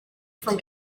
from